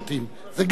זו גם חובתנו.